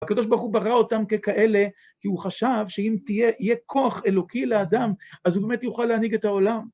הקדוש ברוך הוא ברא אותם ככאלה, כי הוא חשב שאם יהיה כוח אלוקי לאדם, אז הוא באמת יוכל להנהיג את העולם.